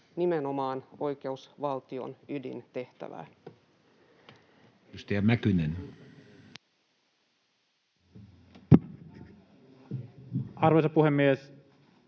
nimenomaan oikeusvaltion ydintehtäviä. Edustaja Mäkynen. Arvoisa puhemies!